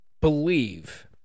believe